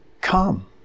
come